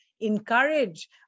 encourage